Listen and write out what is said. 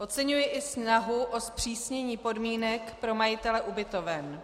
Oceňuji i snahu o zpřísnění podmínek pro majitele ubytoven.